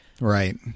right